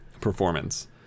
performance